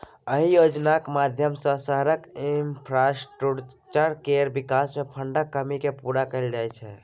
अहि योजनाक माध्यमसँ शहरक इंफ्रास्ट्रक्चर केर बिकास मे फंडक कमी केँ पुरा कएल जाइ छै